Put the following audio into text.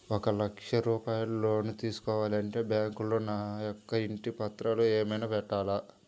ఒక లక్ష రూపాయలు లోన్ తీసుకోవాలి అంటే బ్యాంకులో నా యొక్క ఇంటి పత్రాలు ఏమైనా పెట్టాలా?